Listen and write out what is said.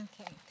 Okay